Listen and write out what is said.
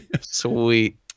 Sweet